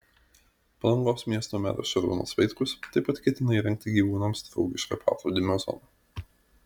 palangos miesto meras šarūnas vaitkus taip pat ketina įrengti gyvūnams draugišką paplūdimio zoną